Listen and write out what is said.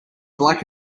black